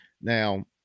now